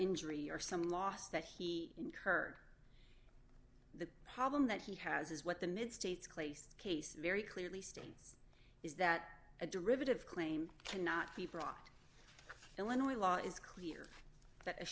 injury or some loss that he incurred the problem that he has is what the mid states clase case very clearly states is that a derivative claim cannot be brought illinois law is clear